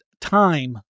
Time